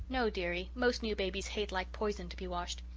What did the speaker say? no, dearie. most new babies hate like poison to be washed.